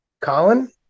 Colin